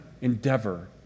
endeavor